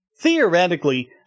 Theoretically